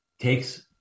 takes